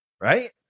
Right